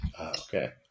okay